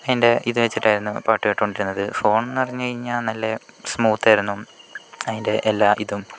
അതിൻ്റെ ഇത് വെച്ചിട്ടായിരുന്നു പാട്ട് കേട്ടുകൊണ്ടിരുന്നത് ഫോൺ എന്ന് പറഞ്ഞു കഴിഞ്ഞാൽ നല്ല സ്മൂത്തായിരുന്നു അതിൻ്റെ എല്ലാ ഇതും